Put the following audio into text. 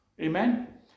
Amen